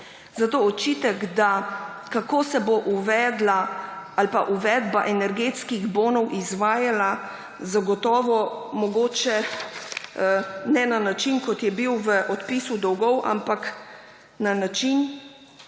Zato očitek, da kako se bo uvedba energetskih bonov izvajala, zagotovo mogoče ne na način, kot je bil v odpisu dolgov, ampak na način,